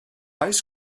oes